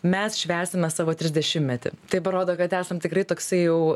mes švęsime savo trisdešimmetį tai parodo kad esam tikrai toksai jau